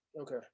Okay